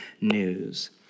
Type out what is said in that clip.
news